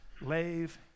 lave